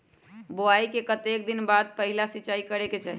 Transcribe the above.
बोआई के कतेक दिन बाद पहिला सिंचाई करे के चाही?